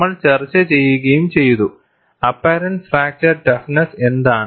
നമ്മൾ ചർച്ച ചെയ്യുകയും ചെയ്തു അപ്പറന്റ് ഫ്രാക്ചർ ടഫ്നെസ്സ് എന്താണ്